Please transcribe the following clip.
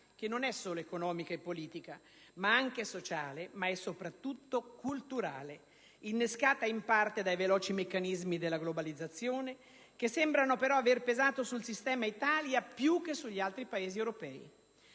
che oltre che economica e politica è anche sociale, ma è soprattutto culturale, innescata in parte dai veloci meccanismi della globalizzazione, che sembrano però aver pesato sul sistema Italia più che sugli altri Paesi europei.